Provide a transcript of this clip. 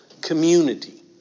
community